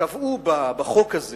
קבעו בחוק הזה